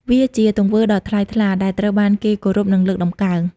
វាជាទង្វើដ៏ថ្លៃថ្លា ដែលត្រូវបានគេគោរព និងលើកតម្កើង។